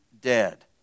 dead